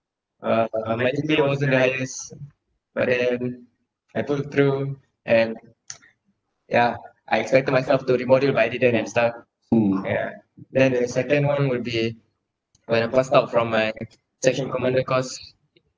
uh uh wasn't nice but then I pulled through and yeah I expected myself to re module but I didn't and stuff yeah then the second one will be when I from my section commander course